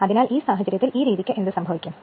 അതിനാൽ ഈ സാഹചര്യത്തിൽ ഈ രീതിക്ക് എന്ത് സംഭവിക്കും